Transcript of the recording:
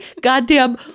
goddamn